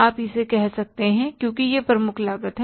आप इसे कह सकते हैं क्योंकि यह प्रमुख लागत है